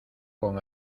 con